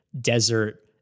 desert